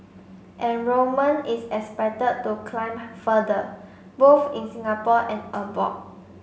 enrolment is expected to climb further both in Singapore and abroad